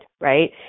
right